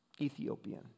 Ethiopian